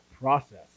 process